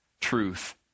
truth